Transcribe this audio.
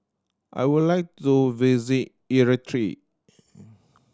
I would like to visit Eritrea